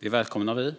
Det välkomnar vi.